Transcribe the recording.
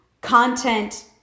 content